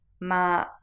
Ma